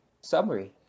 summary